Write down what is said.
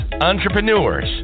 entrepreneurs